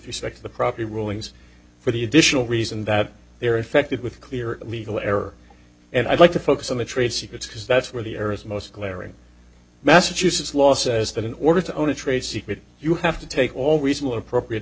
respect to the property rulings for the additional reason that they're infected with clear legal error and i'd like to focus on the trade secrets because that's where the earth most glaring massachusetts law says that in order to own a trade secret you have to take all reasonable appropriate